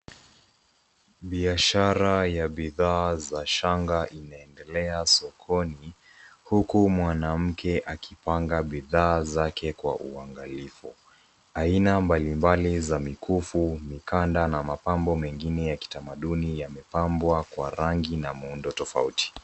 Biashara za bidhaaa za shanga imeendelea sokoni huku mwanamke akipanga bidhaa zake kwa uangalifu aina mbalimbali za mikufu, mikanda na mapambo mengine za kitamaduni yamepambwa kwa rangi na miundo tofouti.